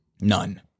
None